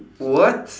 what